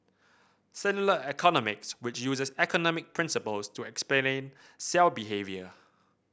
cellular economics which uses economic principles to explain cell behaviour